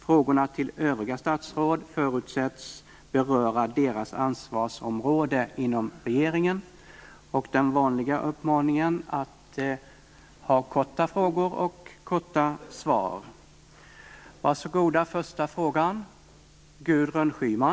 Frågorna till övriga statsråd förutsätts beröra deras ansvarsområden inom regeringen. Den vanliga uppmaningen är att det skall vara korta frågor och korta svar.